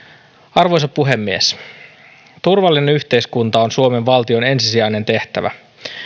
arvoisa puhemies turvallinen yhteiskunta on suomen valtion ensisijainen tehtävä